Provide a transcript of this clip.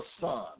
son